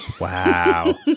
Wow